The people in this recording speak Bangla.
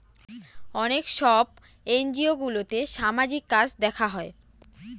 অনেক সব এনজিওগুলোতে সামাজিক কাজ দেখা হয়